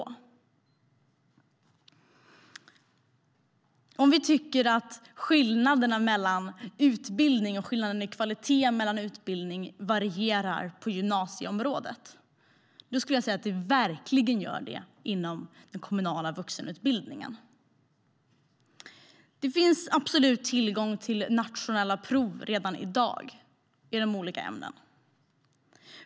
Det finns tillgång till nationella prov redan i dag i de olika ämnena.